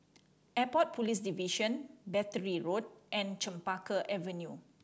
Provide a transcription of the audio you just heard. Airport Police Division Battery Road and Chempaka Avenue